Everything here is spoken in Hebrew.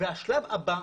והשלב הבא,